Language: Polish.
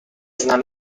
znam